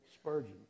Spurgeon